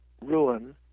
ruin